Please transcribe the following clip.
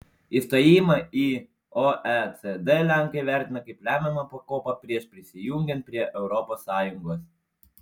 įstojimą į oecd lenkai vertina kaip lemiamą pakopą prieš prisijungiant prie europos sąjungos